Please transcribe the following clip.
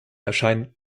erscheinen